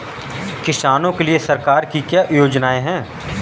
किसानों के लिए सरकार की क्या योजनाएं हैं?